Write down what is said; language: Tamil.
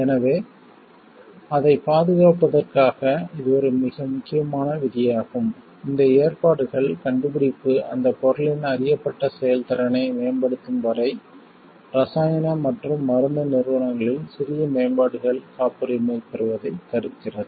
எனவே அதைப் பாதுகாப்பதற்காக இது ஒரு மிக முக்கியமான விதியாகும் இந்த ஏற்பாடுகள் கண்டுபிடிப்பு அந்த பொருளின் அறியப்பட்ட செயல்திறனை மேம்படுத்தும் வரை இரசாயன மற்றும் மருந்து நிறுவனங்களில் சிறிய மேம்பாடுகள் காப்புரிமை பெறுவதை தடுக்கிறது